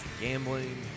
gambling